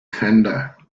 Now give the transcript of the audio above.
fender